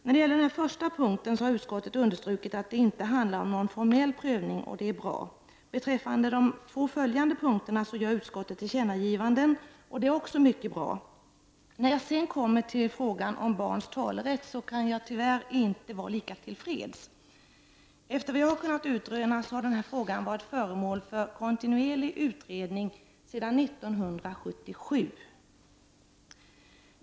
Beträffande den första punkten har utskottet understrukit att det inte handlar om någon formell prövning, och detta är bra. Beträffande de två följande punkterna gör utskottet tillkännagivanden, och också det är mycket bra. När jag sedan kommer till frågan om barns talerätt kan jag tyvärr inte vara lika tillfredsställd. Enligt vad jag har kunnat utröna har denna fråga varit föremål för kontinuerlig utredning sedan 1977.